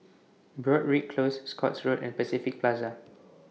Broadrick Close Scotts Road and Pacific Plaza